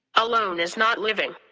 alone is not living.